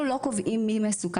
אנחנו לא קובעים מי מסוכן.